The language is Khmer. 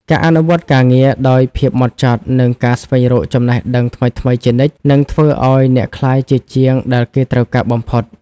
ការអនុវត្តការងារដោយភាពហ្មត់ចត់ និងការស្វែងរកចំណេះដឹងថ្មីៗជានិច្ច នឹងធ្វើឱ្យអ្នកក្លាយជាជាងដែលគេត្រូវការបំផុត។